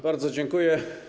Bardzo dziękuję.